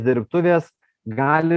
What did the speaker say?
dirbtuvės gali